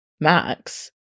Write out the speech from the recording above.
Max